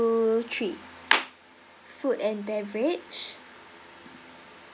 three food and beverage